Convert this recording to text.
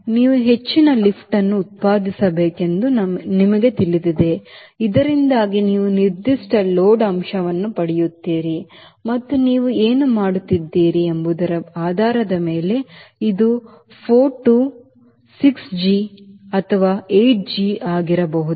ನೀವು ಹೆಚ್ಚಿನ ಲಿಫ್ಟ್ ಅನ್ನು ಉತ್ಪಾದಿಸಬೇಕೆಂದು ನಿಮಗೆ ತಿಳಿದಿದೆ ಇದರಿಂದಾಗಿ ನೀವು ನಿರ್ದಿಷ್ಟ ಲೋಡ್ ಅಂಶವನ್ನು ಪಡೆಯುತ್ತೀರಿ ಮತ್ತು ನೀವು ಏನು ಮಾಡುತ್ತಿದ್ದೀರಿ ಎಂಬುದರ ಆಧಾರದ ಮೇಲೆ ಇದು 4 to 6g ಅಥವಾ 8g ಆಗಿರಬಹುದು